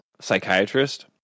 psychiatrist